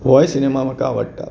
होवूय सिनेमा म्हाका आवडटा